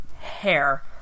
hair